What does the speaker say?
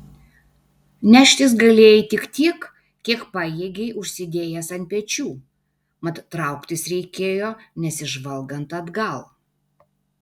neštis galėjai tik tiek kiek pajėgei užsidėjęs ant pečių mat trauktis reikėjo nesižvalgant atgal